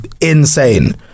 insane